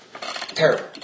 Terrible